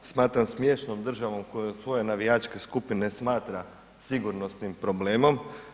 Smatram smiješnom državom koja od svoje navijačke skupine smatra sigurnosnim problemom.